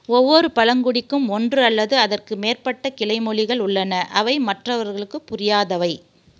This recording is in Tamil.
ஒவ்வொரு பழங்குடிக்கும் ஒன்று அல்லது அதற்கு மேற்பட்ட கிளைமொழிகள் உள்ளன அவை மற்றவர்களுக்குப் புரியாதவை